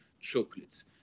chocolates